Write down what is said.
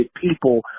people